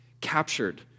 captured